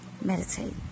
meditate